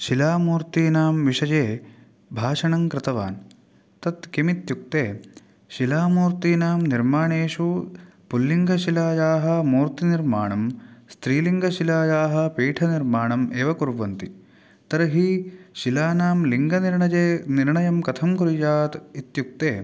शिलामूर्तीनां विषये भाषणं कृतवान् तत् किमित्युक्ते शिलामूर्तीनां निर्माणेषु पुल्लिङ्गशिलायाः मूर्तिनिर्माणं स्त्रीलिङ्गशिलायाः पीठनिर्माणम् एव कुर्वन्ति तर्हि शिलानां लिङ्गनिर्णये निर्णयं कथं कुर्यात् इत्युक्ते